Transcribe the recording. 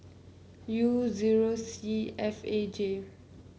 U zero C F A J